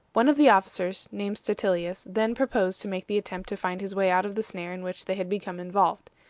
one of the officers, named statilius, then proposed to make the attempt to find his way out of the snare in which they had become involved.